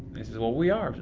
said, well, we are.